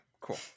cool